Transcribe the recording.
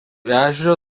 ežerą